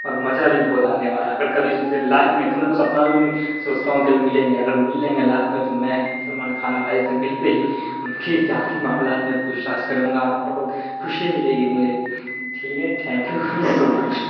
اور مزہ بھی بہت آنے والا ہے اگر کبھی لائف میں کبھی میں تو سپنا میں بھی نہیں سوچتا ہوں کبھی ملیں گے اگر مل لیں گے لائف میں تو میں سلمان خان بھائی سے ملتے ہی ان کی ذاتی معاملات میں پوچھ تاچھ کروں گا اور بہت خوشی ملے گی مجھے ٹھیک ہے ٹھینک یو سو مچ